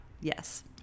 Yes